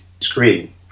screen